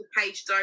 page